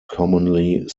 commonly